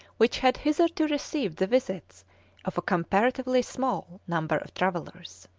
which had hitherto received the visits of a comparatively small number of travellers.